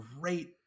great